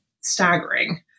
staggering